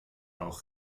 auch